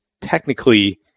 technically